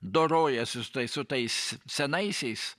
dorojasi su tais senaisiais